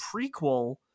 prequel